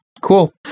cool